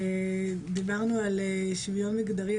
דיברנו על שוויון מגדרי,